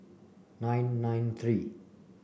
nine nine three